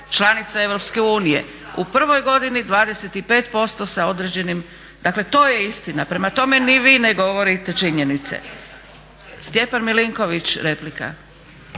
članica EU. U prvoj godini 25% sa određenim. Dakle to je istina, prema tome ni vi ne govorite činjenice. Stjepan MIlinković, replika.